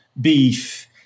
beef